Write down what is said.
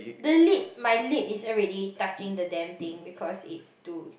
the lip my lip is already touching the damn thing because it's too